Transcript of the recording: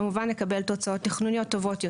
כמובן נקבל תוצאות תכנוניות טובות יותר.